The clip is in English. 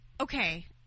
okay